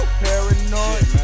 paranoid